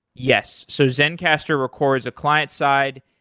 yes. so zencastr records a client side.